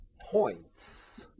points